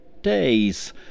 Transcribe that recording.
days